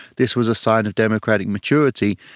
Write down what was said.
this was a sign of democratic maturity,